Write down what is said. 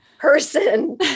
person